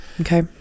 okay